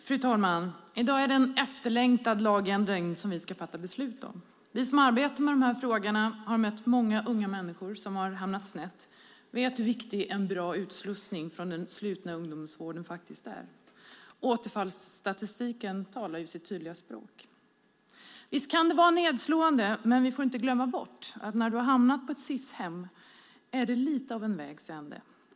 Fru talman! I dag är det en efterlängtad lagändring som vi ska fatta beslut om. Vi som arbetar med de här frågorna och har mött många unga människor som har hamnat snett vet hur viktig en bra utslussning från den slutna ungdomsvården är. Återfallsstatistiken talar sitt tydliga språk. Visst kan det vara nedslående, men vi får inte glömma bort att när du har hamnat på ett Sishem är det lite av en vägs ände.